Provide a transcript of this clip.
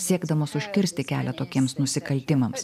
siekdamos užkirsti kelią tokiems nusikaltimams